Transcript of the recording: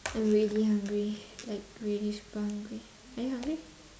I'm really hungry like really super hungry are you hungry